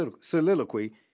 soliloquy